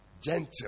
Gentle